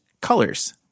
colors